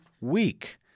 week